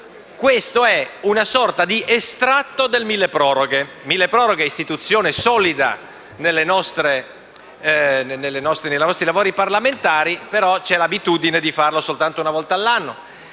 esame è una sorta di estratto del milleproroghe, che è un'istituzione solida nei nostri lavori parlamentari, ma c'è l'abitudine a farlo solo una volta l'anno.